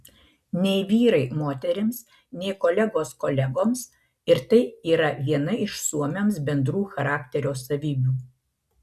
nei vyrai moterims nei kolegos kolegoms ir tai yra viena iš suomiams bendrų charakterio savybių